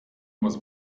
muss